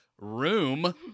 room